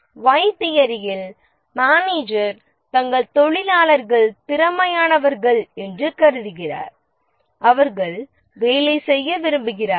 Y தியரியில் manager தங்கள் தொழிலாளர்கள் திறமையானவர்கள் என்று கருதுகிறார் அவர்கள் வேலை செய்ய விரும்புகிறார்கள்